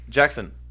Jackson